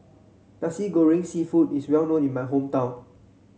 Nasi Goreng seafood is well known in my hometown